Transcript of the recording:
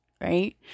right